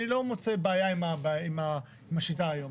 אני לא מוצא בעיה עם שיטה היום.